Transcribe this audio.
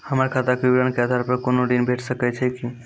हमर खाता के विवरण के आधार प कुनू ऋण भेट सकै छै की?